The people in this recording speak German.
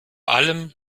allem